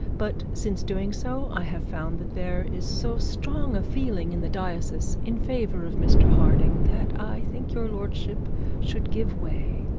but since doing so, i have found that there is so strong a feeling in the diocese in favour of mr harding, that i think your lordship should give way.